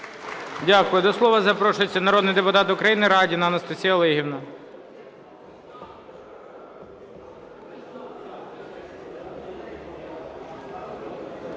Дякую. До слово запрошується народний депутат України Радіна Анастасія Олегівна.